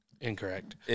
incorrect